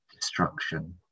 destruction